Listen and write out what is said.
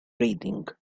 reading